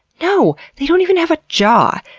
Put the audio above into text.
no, they don't even have a jaw!